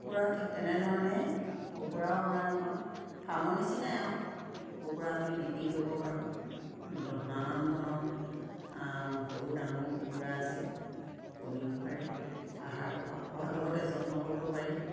কুকুৰা ঠিক তেনেধৰণে কুকুৰাও আমাৰ এখন ফাৰ্মৰ নিচিনাই আৰু কুকুৰা আমি বিক্ৰী কৰিব পাৰোঁ নানান ধৰণৰ সৰু ডাঙৰ কুকুৰা আছে কণীও পাৰে আহাৰ খোৱা খোৱাৰ লগতে যত্ন কৰিব পাৰি